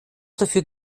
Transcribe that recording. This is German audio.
dafür